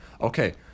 okay